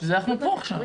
בשביל זה אנחנו פה עכשיו.